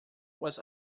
was